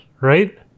right